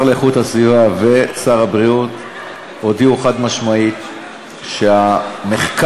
להגנת הסביבה ושר הבריאות הודיעו חד-משמעית שהמחקר,